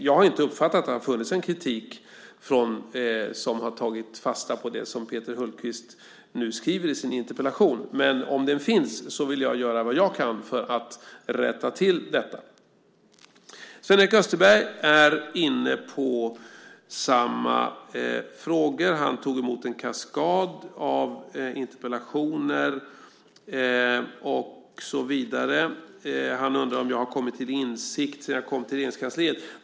Jag har inte uppfattat att det har funnits en kritik som har tagit fasta på det som Peter Hultqvist skriver i sin interpellation. Men om den finns vill jag göra vad jag kan för att rätta till detta. Sven-Erik Österberg är inne på samma frågor. Han tog emot en kaskad av interpellationer och så vidare. Han undrar om jag har kommit till insikt sedan jag kom till Regeringskansliet.